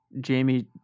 Jamie